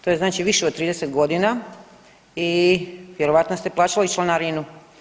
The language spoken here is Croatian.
To je znači više od 30 godina i vjerojatno ste plaćali članarinu.